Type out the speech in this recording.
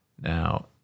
Now